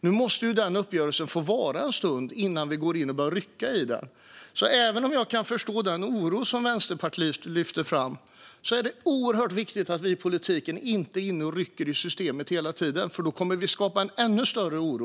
Nu måste den uppgörelsen få vara en stund innan vi går in och börjar rycka i den, så även om jag kan förstå den oro som Vänsterpartiet lyfter fram är det oerhört viktigt att vi i politiken inte är inne och rycker i systemet hela tiden. Då kommer vi att skapa ännu större oro.